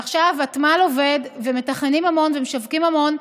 עכשיו הוותמ"ל עובד ומתכננים המון ומשווקים המון,